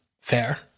fair